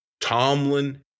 Tomlin